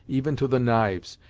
even to the knives,